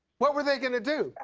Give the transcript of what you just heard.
what were they gonna do,